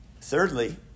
Thirdly